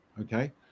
okay